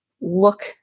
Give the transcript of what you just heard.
look